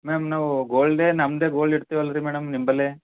ma'am ನಾವು ಗೋಲ್ಡೆ ನಮ್ಮದೇ ಗೋಲ್ಡ್ ಇಡ್ತೀವಲ್ಲ ರೀ ಮೇಡಮ್ ನಿಮ್ಮಲ್ಲೇ